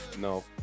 No